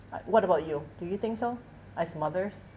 like what about you do you think so as mothers